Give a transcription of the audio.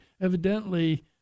Evidently